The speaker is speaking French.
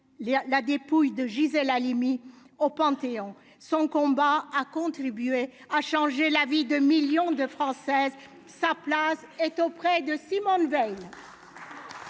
la dépouille de Gisèle Halimi au Panthéon, son combat a contribué à changer la vie de millions de Françaises, sa place est auprès de Simone Veil.